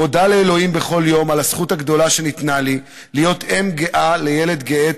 מודה לאלוהים בכל יום על הזכות הגדולה שניתנה לי להיות אם גאה לילד גאה,